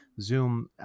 Zoom